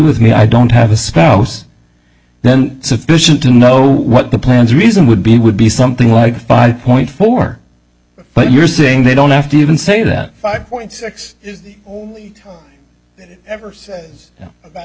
with me i don't have a spouse then sufficient to know what the plans reason would be would be something like a five point four but you're saying they don't have to even say that five point six is ever says a